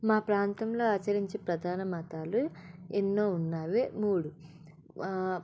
మా ప్రాంతంలో ఆచరించే ప్రధాన మతాలు ఎన్నో ఉన్నవి మూడు